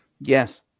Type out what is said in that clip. Yes